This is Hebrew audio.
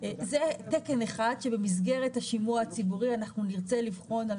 זה תקן אחד שבמסגרת השימוע הציבורי נרצה לבחון על